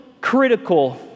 critical